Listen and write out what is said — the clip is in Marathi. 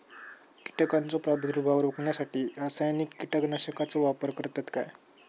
कीटकांचो प्रादुर्भाव रोखण्यासाठी रासायनिक कीटकनाशकाचो वापर करतत काय?